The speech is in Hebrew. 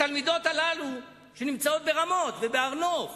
התלמידות הללו, שנמצאות ברמות ובהר-נוף